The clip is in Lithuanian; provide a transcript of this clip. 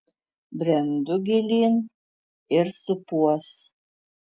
brendu gilyn ir supuos